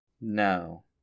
No